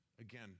Again